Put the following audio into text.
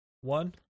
One